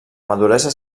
maduresa